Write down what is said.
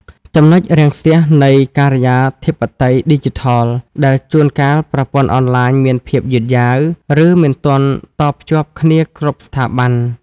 ចំណុចរាំងស្ទះនៃ "ការិយាធិបតេយ្យឌីជីថល" ដែលជួនកាលប្រព័ន្ធអនឡាញមានភាពយឺតយ៉ាវ ឬមិនទាន់តភ្ជាប់គ្នាគ្រប់ស្ថាប័ន។